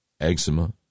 eczema